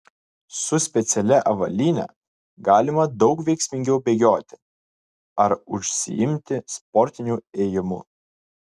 su specialia avalyne galima daug veiksmingiau bėgioti ar užsiimti sportiniu ėjimu